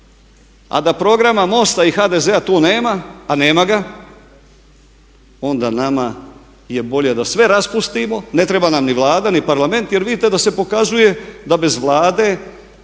a da programa MOST-a i HDZ-a tu nema, a nema ga, onda nama je bolje da sve raspustimo. Ne treba nam ni Vlada, ni Parlament jer vidite da se pokazuje da bez Vlade